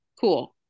Cool